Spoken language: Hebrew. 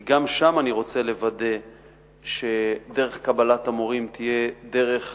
כי גם שם אני רוצה לוודא שדרך קבלת המורים תהיה הדרך